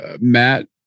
Matt